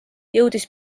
jõudis